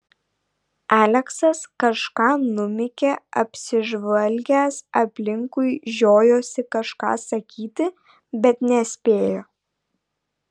aleksas kažką numykė apsižvalgęs aplinkui žiojosi kažką sakyti bet nespėjo